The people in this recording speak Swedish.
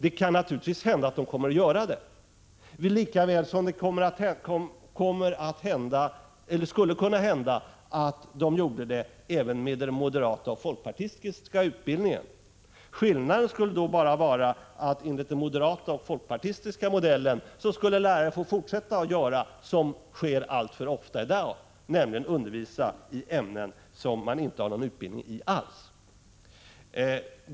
Det kan naturligtvis hända att de kommer att göra det, lika väl som det skulle kunna hända i fråga om det moderata och folkpartistiska förslaget till utbildning. Skillnaden är bara den att lärare enligt den moderata och folkpartistiska modellen skulle få fortsätta att göra som alltför ofta sker i dag, nämligen att undervisa i ämnen i vilka de inte har någon utbildning alls.